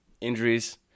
injuries